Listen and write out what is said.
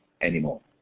anymore